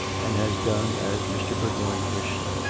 and has done as mr. bourgoign wished.